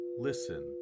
listen